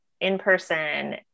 in-person